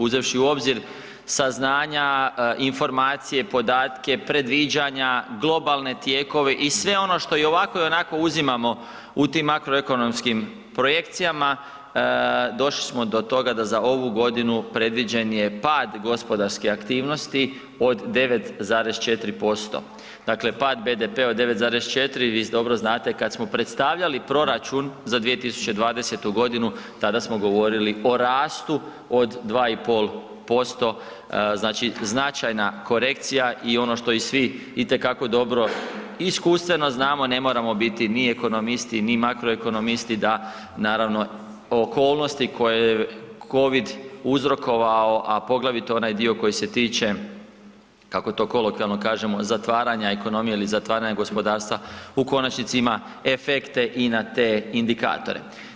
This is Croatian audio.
Uzevši u obzir saznanja, informacije, podatke, predviđanja, globalne tijekove i sve ono što i ovako i onako uzimamo u tim makroekonomskim projekcijama, došli smo do toga da za ovu godinu predviđen je pad gospodarskih aktivnosti od 9,4%, dakle pad BDP-a od 9,4% i vi dobro znate kada smo predstavljali proračun za 2020.godinu tada smo govorili o rastu od 2,5%, znači značajna korekcija i ono što i svi itekako dobro iskustveno znamo, ne moramo biti ni ekonomisti, ni makroekonomisti da okolnosti koje je covid uzrokovao, a poglavito onaj dio koji se tiče, kako to kolokvijalno kažemo, zatvaranja ekonomije ili zatvaranje gospodarstva u konačnici ima efekte i na te indikatore.